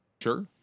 Sure